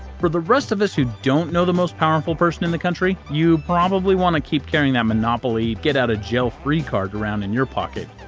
for the rest of us who don't know the most powerful person in the country. you probably want to keep carrying that monopoly get-out-of-jail-free card around in your pocket!